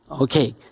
Okay